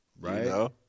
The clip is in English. Right